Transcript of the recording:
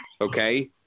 okay